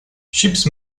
chips